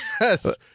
Yes